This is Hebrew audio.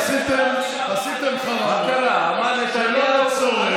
עשיתם חרמות שלא לצורך.